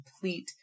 complete